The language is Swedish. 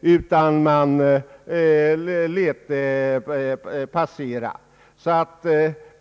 utan man lät frågan passera.